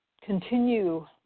continue